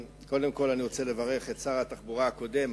קודם כול, אני רוצה לברך את שר התחבורה הקודם.